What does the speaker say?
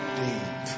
deep